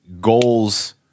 goals –